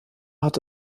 hat